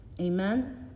Amen